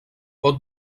pot